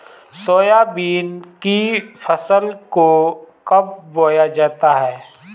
Soybean की फसल को कब बोया जाता है?